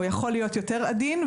או יכול להיות עדין יותר.